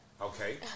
Okay